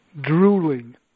drooling